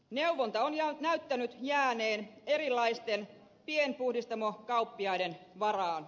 neuvonta on näyttänyt jääneen erilaisten pienpuhdistamokauppiaiden varaan